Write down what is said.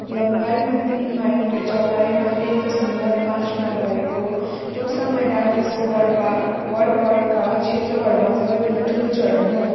लम्बाइमा तिन माइल र चौडाइमा एक दशमलव पाँच माइल भएको टोसा मैदान यसको वरपा वरपरका क्षेत्रहरूमा सबैभन्दा ठुलो चरन हो